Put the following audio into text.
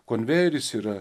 konvejeris yra